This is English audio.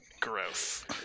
Gross